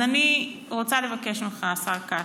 אז אני רוצה לבקש ממך, השר כץ: